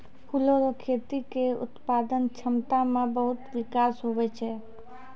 फूलो रो खेती के उत्पादन क्षमता मे बहुत बिकास हुवै छै